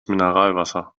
mineralwasser